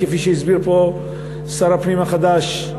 כפי שהסביר פה שר הפנים החדש,